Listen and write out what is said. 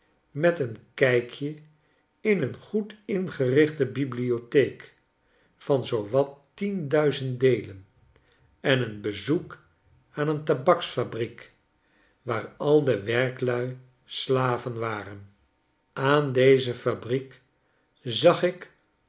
met een kijkje in een goed ingerichte bibliotheek van zoo wat tien duizend deelen en een bezoek aan een tabaksfabriek waar al de werklui slaven waren aan deze fabriek zag ik